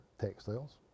textiles